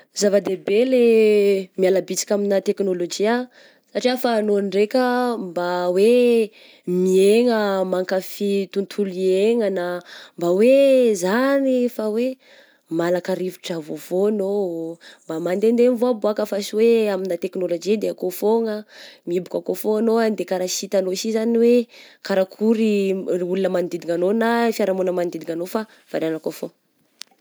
Zava-dehibe le miala bitsika amigna teknôlojia satria ahafahanao ndraika mba hoe miaigna, mankafy tontolo iaignagna, mba hoe zany fa hoe malaka rivotra vaovao anao, mba mandehandeha mivôaboaka fa sy hoe amigna teknôlojia de akao foagna, mihiboka akao fô anao ah, de kara sy hitanao sy zany hoe karakory m-olona manodidigna anao na i fiarahamonina manodidigna anao fa varia akao fô.